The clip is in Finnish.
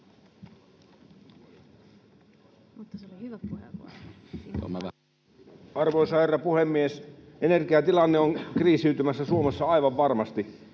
Arvoisa herra puhemies! Energiatilanne on kriisiytymässä Suomessa aivan varmasti.